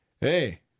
Hey